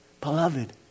Beloved